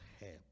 help